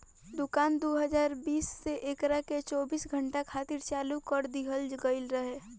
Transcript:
दुकान दू हज़ार बीस से एकरा के चौबीस घंटा खातिर चालू कर दीहल गईल रहे